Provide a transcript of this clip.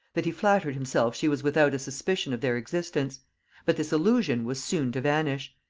that he flattered himself she was without a suspicion of their existence but this illusion was soon to vanish.